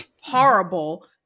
horrible